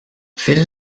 fil